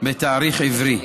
בתאריך עברי,